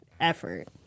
effort